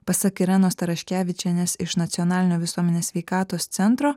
pasak irenos taraškevičienės iš nacionalinio visuomenės sveikatos centro